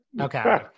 Okay